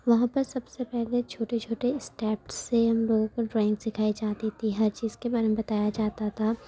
وہاں پر سب سے پہلے چھوٹے چھوٹے اسٹیپس سے ہم لوگوں کو ڈرائنگ سکھائی جاتی تھی ہر چیز کے بارے میں بتایا جاتا تھا